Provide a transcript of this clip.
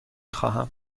خواهم